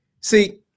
See